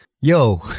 Yo